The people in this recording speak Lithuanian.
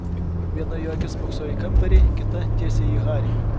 viena jo akis spoksojo į kambarį kita tiesiai į harį